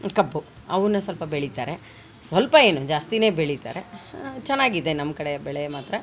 ಕಬ್ಬು ಅವನ್ನು ಸ್ವಲ್ಪ ಬೆಳಿತಾರೆ ಸ್ವಲ್ಪ ಏನು ಜಾಸ್ತಿಯೇ ಬೆಳಿತಾರೆ ಚೆನ್ನಾಗಿದೆ ನಮ್ಮ ಕಡೆ ಬೆಳೆ ಮಾತ್ರ